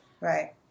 Right